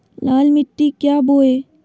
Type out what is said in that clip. लाल मिट्टी क्या बोए?